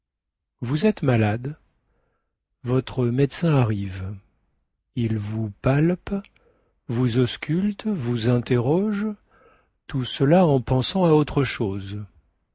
vous êtes malade votre médecin arrive il vous palpe vous ausculte vous interroge tout cela en pensant à autre chose